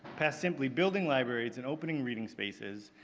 past simply building library, it's an opening reading spaces,